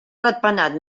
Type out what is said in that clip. ratpenat